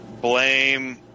blame